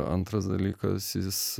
antras dalykas jis